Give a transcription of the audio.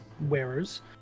wearers